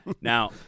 Now